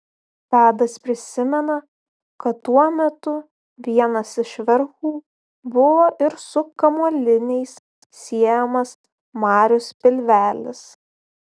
tadas prisimena kad tuo metu vienas iš verchų buvo ir su kamuoliniais siejamas marius pilvelis